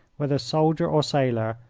whether soldier or sailor,